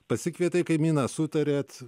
pasikvietė kaimyną sutariate